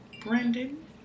Brandon